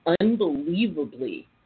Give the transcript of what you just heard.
unbelievably